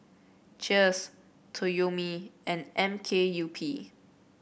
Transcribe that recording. Cheers Toyomi and M K U P